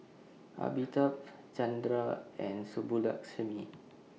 Amitabh Chandra and Subbulakshmi